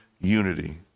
unity